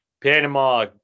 Panama